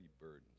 burdens